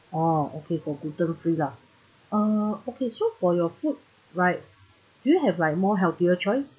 oh okay got gluten free lah uh okay so for your food right do you have like more healthier choice